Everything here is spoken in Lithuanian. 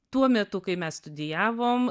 tuo metu kai mes studijavom